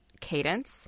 cadence